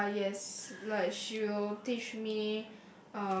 ya yes like she will teach me